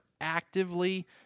actively